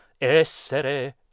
Essere